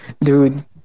Dude